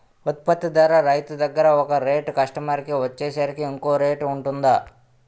ఉత్పత్తి ధర రైతు దగ్గర ఒక రేట్ కస్టమర్ కి వచ్చేసరికి ఇంకో రేట్ వుంటుందా?